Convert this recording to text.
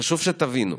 חשוב שתבינו: